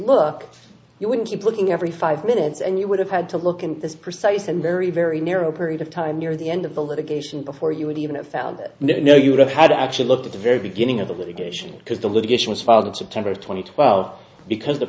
look you wouldn't keep looking every five minutes and you would have had to look at this precise and very very narrow period of time near the end of the litigation or you would even have found that no you would have had actually looked at the very beginning of the litigation because the litigation was filed in september twenty twelve because